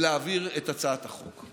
לשם שינוי, ולהעביר את הצעת החוק.